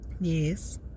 Yes